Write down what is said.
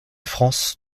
france